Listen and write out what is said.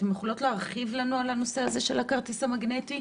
אתן יכולות להרחיב לנו על הנושא של הכרטיס המגנטי?